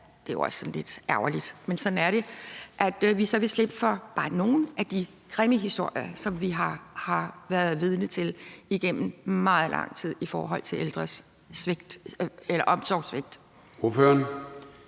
det er jo også sådan lidt ærgerligt, men sådan er det, at vi så vil slippe for bare nogle af de grimme historier, som vi har været vidne til igennem meget lang tid i forhold til omsorgssvigt over for